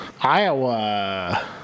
Iowa